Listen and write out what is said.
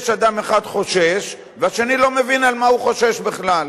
אדם אחד חושש, והשני לא מבין על מה הוא חושש בכלל.